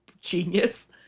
genius